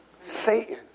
Satan